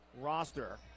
roster